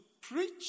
preach